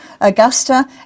Augusta